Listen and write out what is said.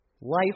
Life